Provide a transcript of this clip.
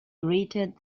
greeted